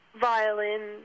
violin